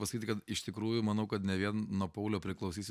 pasakyti kad iš tikrųjų manau kad ne vien nuo paulio priklausys